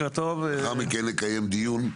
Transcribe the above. לאחר מכן נקיים דיון,